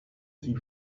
sie